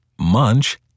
munch